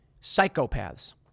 Psychopaths